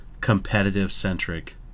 competitive-centric